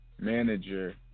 manager